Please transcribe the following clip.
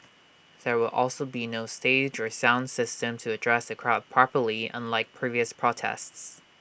there will also be no stage dress sound system to address the crowd properly unlike previous protests